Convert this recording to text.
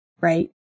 right